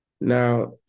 Now